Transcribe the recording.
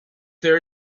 there